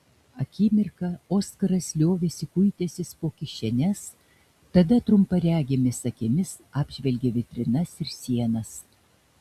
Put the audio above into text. akimirką oskaras liovėsi kuitęsis po kišenes tada trumparegėmis akimis apžvelgė vitrinas ir sienas